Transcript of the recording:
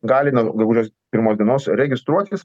gali nuo gegužės pirmos dienos registruotis